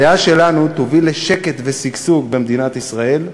הדעה שלנו תוביל לשקט ושגשוג במדינת ישראל,